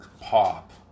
pop